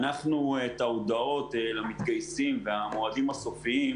אנחנו את ההודעות למתגייסים והמועדים הסופיים